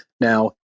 now